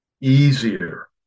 easier